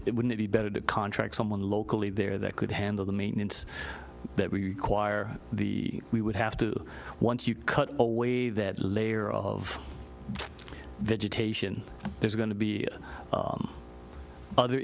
it wouldn't be better to contract someone locally there that could handle the maintenance quire the we would have to once you cut away that layer of vegetation there's going to be other